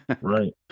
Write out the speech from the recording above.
Right